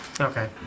Okay